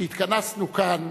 שהתכנסנו כאן,